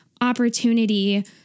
opportunity